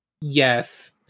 Yes